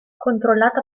controllata